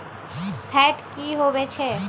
Fat की होवछै?